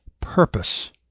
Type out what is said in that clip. purpose